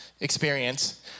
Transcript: experience